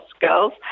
Girls